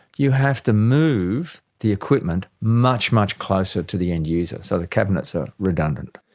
you have to move the equipment much, much closer to the end user, so the cabinets are redundant.